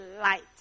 light